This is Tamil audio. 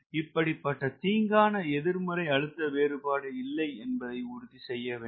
இப்படிப்பட்ட தீங்கான எதிர்மறை அழுத்த வேறுபாடு இல்லை என்பதை உறுதி செய்ய வேண்டும்